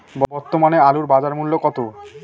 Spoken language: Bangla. বর্তমানে আলুর বাজার মূল্য কত?